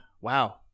Wow